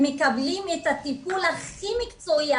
הם מקבלים את הטיפול הכי מקצועי,